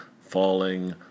falling